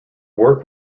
work